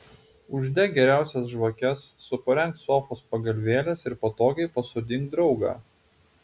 uždek geriausias žvakes supurenk sofos pagalvėles ir patogiai pasodink draugą